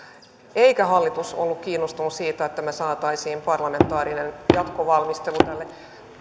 eikä hallitus ollut kiinnostunut siitä että me saisimme parlamentaarisen jatkovalmistelun tälle